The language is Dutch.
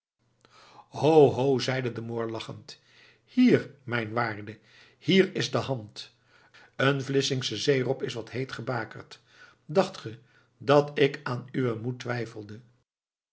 ho ho zeide de moor lachend hier mijn waarde hier is de hand een vlissingsche zeerob is wat heet gebakerd dacht ge dat ik aan uwen moed twijfelde